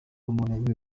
umuntu